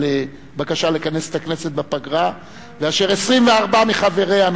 בקשה לכנס את הכנסת בפגרה ו-24 מחבריה,